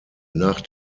nach